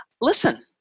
listen